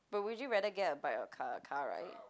but would you rather get a bike or a car a car [right]